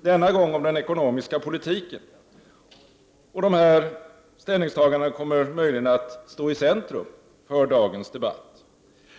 denna gång om den ekonomiska politiken, vilka möjligen kommer att stå i centrum för dagens debatt.